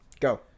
Go